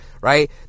right